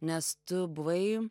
nes tu buvai